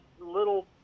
little